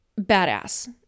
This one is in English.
badass